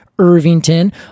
Irvington